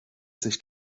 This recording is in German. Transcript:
sich